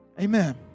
Amen